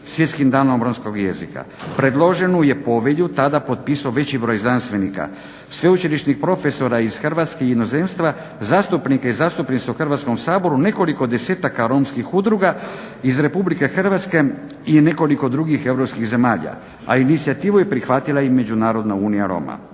Svjetskim danom romskog jezika. Predloženu je povelju tada potpisao veći broj znanstvenika, sveučilišnih profesora iz Hrvatske i inozemstva, zastupnika i zastupnica u Hrvatskom saboru, nekoliko desetaka romskih udruga iz RH i nekoliko drugih europskih zemalja, a inicijativu je prihvatila i međunarodna Unija Roma.